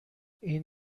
این